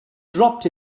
dropped